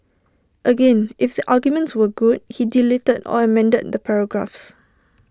again if the arguments were good he deleted or amended the paragraphs